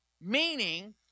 Meaning